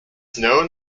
known